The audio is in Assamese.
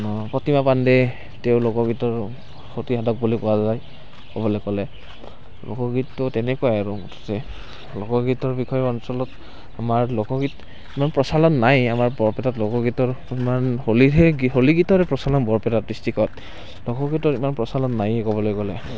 প্ৰতিমা পাণ্ডে তেওঁ লোকগীতৰ সতিসাধক বুলি কোৱা যায় ক'বলৈ গ'লে লোকগীতটো তেনেকুৱাই আৰু এই লোকগীতৰ বিষয়ে অঞ্চলত আমাৰ লোকগীত ইমান প্ৰচলন নাই আমাৰ বৰপেটাত লোকগীতৰ ইমান হোলীৰ হে হোলী গীতৰ প্ৰচলন বৰপেটা ডিষ্ট্ৰিকত লোকগীতৰ ইমান প্ৰচলন নায়েই ক'বলৈ গ'লে